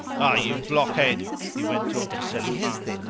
ah, you blockhead! he went on to selifan.